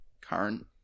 current